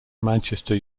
manchester